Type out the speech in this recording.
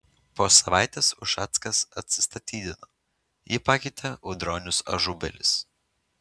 po savaitės ušackas atsistatydino jį pakeitė audronius ažubalis